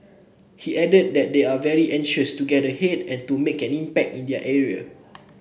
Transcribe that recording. he added that they are very anxious to get ahead and to make an impact in their area